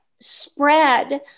spread